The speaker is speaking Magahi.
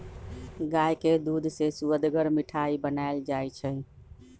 गाय के दूध से सुअदगर मिठाइ बनाएल जाइ छइ